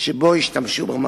שבו השתמשו במקום.